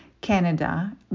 Canada